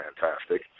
fantastic